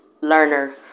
learner